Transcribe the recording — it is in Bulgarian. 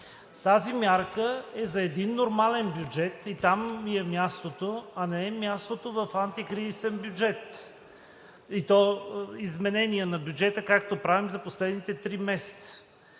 Тази мярка е за един нормален бюджет и там ѝ е мястото, а не е мястото в антикризисен бюджет, и то изменение на бюджета, както правим за последните три месеца.